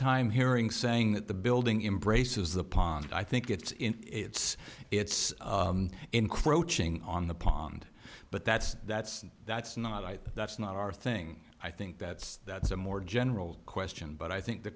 time hearing saying that the building embrace is the pond i think it's in it's it's encroaching on the pond but that's that's that's not i that's not our thing i think that's that's a more general question but i think the